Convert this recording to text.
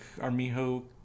Armijo